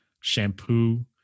shampoo